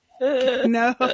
No